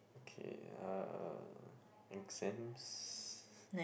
okay uh exams